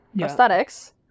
aesthetics